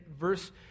verse